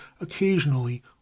occasionally